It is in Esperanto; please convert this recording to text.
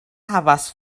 havas